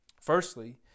Firstly